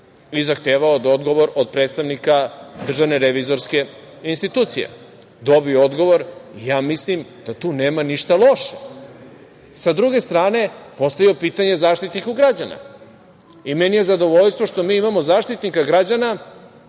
i zahtevao odgovor od predstavnika Državne revizorske institucije. Dobio je odgovor i mislim da tu nema ništa loše.S druge strane, postavio je i pitanje Zaštitniku građana. Meni je zadovoljstvo što mi imamo Zaštitnika građana